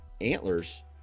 antlers